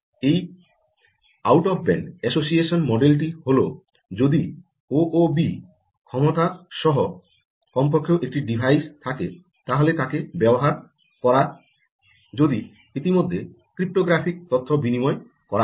এই out of band association মডেলটি হল যদি ও ও বি সক্ষমতা সহ কমপক্ষেও একটি ডিভাইস থাকে তাহলে তাকে ব্যবহার করা যদি ইতিমধ্যেই ক্রিপ্টোগ্রাফিক তথ্য বিনিময় করা হয়েছে